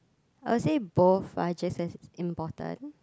I'll say both are just as important